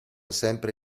sempre